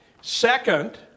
Second